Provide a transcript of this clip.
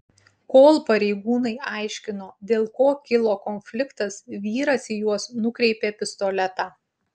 kol pareigūnai aiškino dėl ko kilo konfliktas vyras į juos nukreipė pistoletą